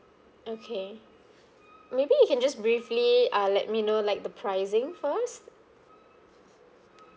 okay maybe you can just briefly uh let me know like the pricing first